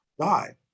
die